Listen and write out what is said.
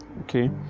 okay